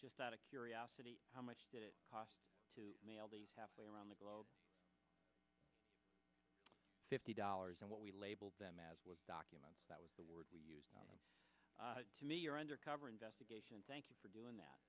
just out of curiosity how much did it cost to mail the halfway around the globe fifty dollars and what we labeled them as one document that was the word we use to meet your undercover investigation thank you for doing